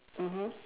mmhmm